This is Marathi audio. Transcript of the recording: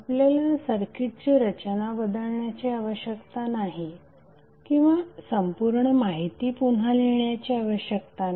आपल्याला सर्किटची रचना बदलण्याची आवश्यकता नाही किंवा संपूर्ण माहिती पुन्हा लिहिण्याची आवश्यकता नाही